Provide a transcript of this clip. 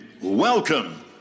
welcome